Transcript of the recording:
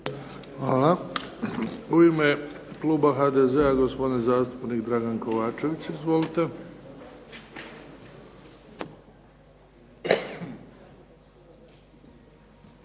Hvala. U ime kluba HDZ-a, gospodin zastupnik Dragan Kovačević. Izvolite.